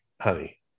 honey